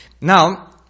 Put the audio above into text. Now